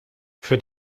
für